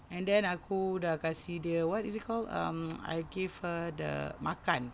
and then aku dah kasi dia what is it called um I give her the makan